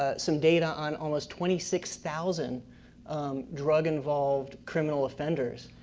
ah some data on almost twenty six thousand drug-involved criminal offenders,